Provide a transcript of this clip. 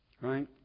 Right